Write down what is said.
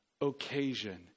occasion